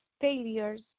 failures